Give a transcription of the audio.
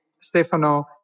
Stefano